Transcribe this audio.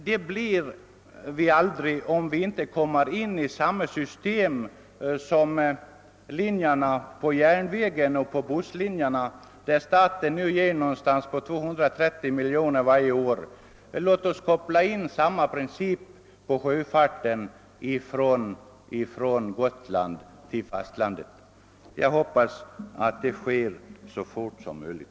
Det blir vi aldrig om vi inte kommer in i samma system och samma princip som gäller för järnvägslinjerna och busslinjerna som icke bär sig ekonomiskt och för vilka staten nu ger omkring 230 miljoner kronor i bidrag varje år. Låt oss använda samma princip för sjöfarten från Gotland till fastlandet! Jag hoppas som sagt att detta görs så snart som möjligt.